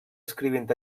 escrivint